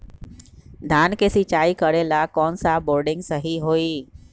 धान के सिचाई करे ला कौन सा बोर्डिंग सही होई?